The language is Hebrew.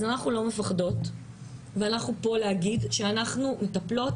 אז אנחנו לא מפחדות ואנחנו פה להגיד שאנחנו מטפלות